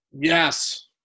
Yes